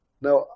Now